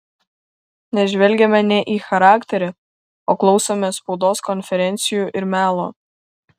nes žvelgiame ne į charakterį o klausomės spaudos konferencijų ir melo